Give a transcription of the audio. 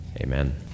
Amen